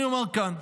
אני אומר כאן: